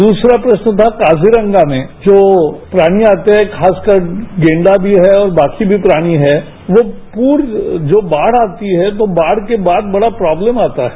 दूसरा प्रश्न था काजीरंगा में जो प्राणी आते हैं खासकर गैंजा भी है बाकी भी प्राणी हैं वो पूर्व जो बाढ़ आती है तो बाढ़ के बाद बड़ा प्रोब्लम आता है